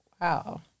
Wow